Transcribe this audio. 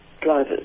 drivers